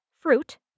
Fruit